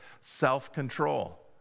self-control